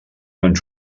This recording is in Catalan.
ens